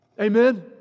Amen